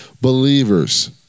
believers